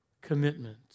commitment